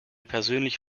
persönlich